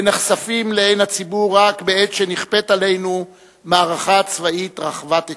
ונחשפים לעין הציבור רק בעת שנכפית עלינו מערכה צבאית רחבת היקף.